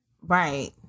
Right